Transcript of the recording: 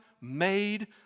made